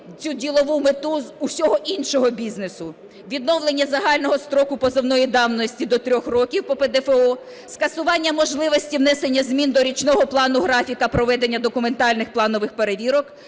цю ділову мету з усього іншого бізнесу. Відновлення загального строку позовної давності до 3 років по ПДФО, скасування можливості внесення змін до річного плану-графіка проведення документальних планових перевірок,